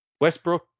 Westbrook